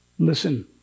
Listen